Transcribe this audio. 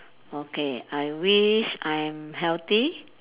okay I wish I'm healthy